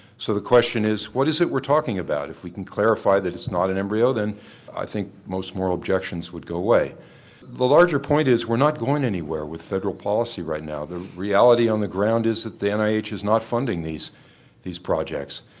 so the question is what is it we're talking about? if we can clarify that it's not an embryo then i think most moral objections would go away. the larger point is we're not going anywhere with federal policy right now. the reality on the ground is that the nih is not funding these these projects.